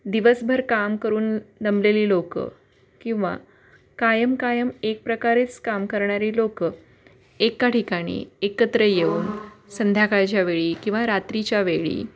दिवसभर काम करून दमलेली लोकं किंवा कायम कायम एक प्रकारेच काम करणारी लोकं एका ठिकाणी एकत्र येऊन संध्याकाळच्या वेळी किंवा रात्रीच्या वेळी